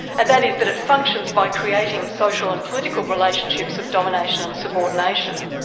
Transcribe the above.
and that is that it functions by creating social and political relationships of domination and subordination.